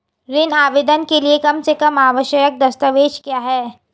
ऋण आवेदन के लिए कम से कम आवश्यक दस्तावेज़ क्या हैं?